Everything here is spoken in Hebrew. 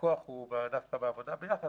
הכוח הוא דווקא בעבודה המשותפת,